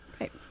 Right